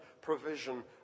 provision